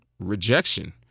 rejection